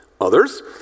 Others